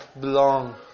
belong